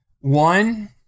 One